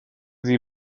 sie